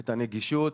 את הנגישות,